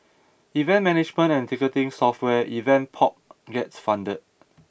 event management and ticketing software Event Pop gets funded